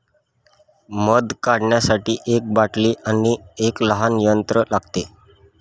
मध काढण्यासाठी एक बाटली आणि एक लहान यंत्र लागते